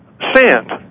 sand